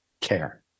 care